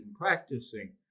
practicing